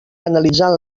analitzant